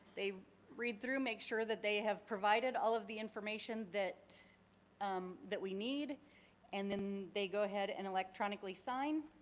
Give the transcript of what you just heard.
they read through and make sure that they have provided all of the information that um that we need and then they go ahead and electronically sign.